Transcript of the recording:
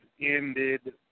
ended